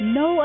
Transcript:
no